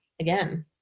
again